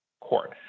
Court